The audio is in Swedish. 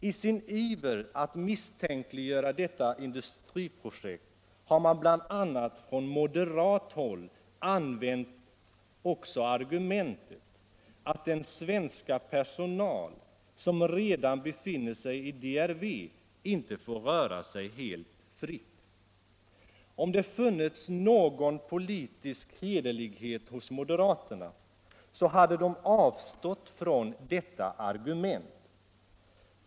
I sin iver att misstänkliggöra detta industriprojekt har man bl.a. från moderat håll använt argumentet att den svenska personal som redan befinner sig i DRV inte får röra sig helt fritt. Om det funnits någon politisk hederlighet hos moderaterna hade de avstått från detta argument.